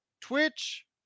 Twitch